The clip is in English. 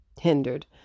hindered